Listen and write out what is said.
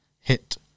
hit